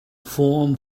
form